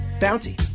bounty